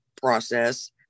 process